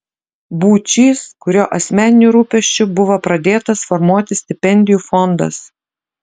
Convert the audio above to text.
būčys kurio asmeniniu rūpesčiu buvo pradėtas formuoti stipendijų fondas